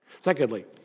Secondly